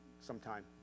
sometime